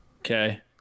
Okay